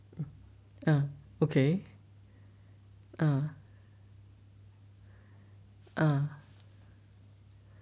ah okay ah ah